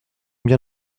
bien